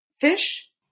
fish